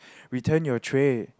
return your tray